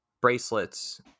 bracelets